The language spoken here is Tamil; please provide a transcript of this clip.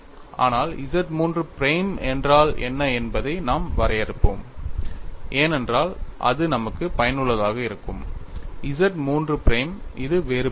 ஆனால் Z III பிரைம் என்றால் என்ன என்பதை நாம் வரையறுப்போம் ஏனென்றால் அது நமக்கு பயனுள்ளதாக இருக்கும் Z III பிரைம் இது வேறுபட்டது